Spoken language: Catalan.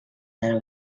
del